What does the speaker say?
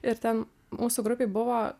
ir ten mūsų grupėj buvo